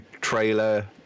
trailer